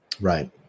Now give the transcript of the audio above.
right